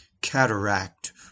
cataract